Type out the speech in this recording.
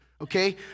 okay